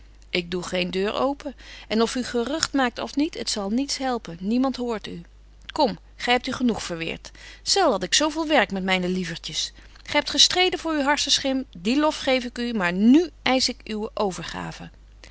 ik doe geen deur open en of gy gerugt maakt of niet het zal niets helpen niemand hoort u kom gy hebt u genoeg verweert zelden had ik zo veel werk met myne lievertjes gy hebt gestreden voor uw harssenschim dien lof geef ik u maar nu eisch ik uwe overgave